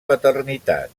paternitat